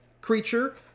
creature